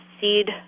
seed